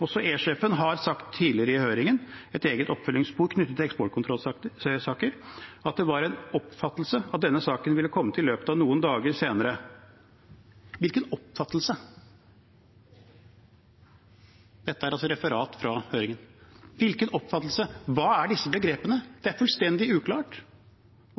har sagt tidligere i høringen i dag, et eget oppfølgingsspor knyttet til eksportkontrollsaker, og det var en oppfattelse at denne saken ville kommet i løpet av få dager etterpå.» Hvilken oppfattelse? Dette er altså referat fra høringen. Hvilken oppfattelse? Hva er disse begrepene? Det er fullstendig uklart.